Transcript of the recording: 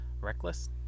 Reckless